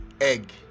egg